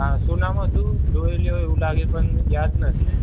હા શું નામ હતું જોયેલી હોય એવું લાગે પણ યાદ નથી